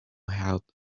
held